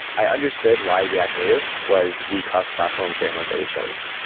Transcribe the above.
i understood why react native was the cross-platform framework that we chose.